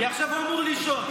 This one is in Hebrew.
כי עכשיו הוא אמור לישון.